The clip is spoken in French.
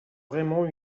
vraiment